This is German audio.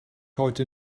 heute